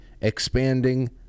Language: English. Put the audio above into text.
expanding